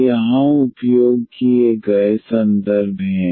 ये यहां उपयोग किए गए संदर्भ हैं